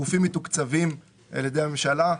גופים מתוקצבים על ידי הממשלה,